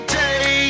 day